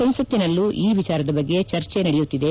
ಸಂಸತ್ತಿನಲ್ಲೂ ಈ ವಿಚಾರದ ಬಗ್ಗೆ ಚರ್ಚೆ ನಡೆಯುತ್ತಿದೆ